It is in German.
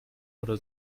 oder